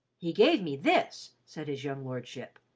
he gave me this, said his young lordship.